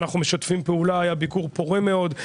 אנחנו משתפים פעולה היה ביקור פורה מאוד,